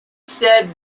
said